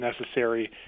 necessary